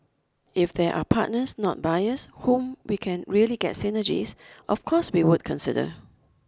if there are partners not buyers whom we can really get synergies of course we would consider